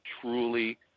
truly